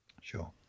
Sure